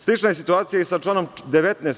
Slična je situacija i sa članom 19.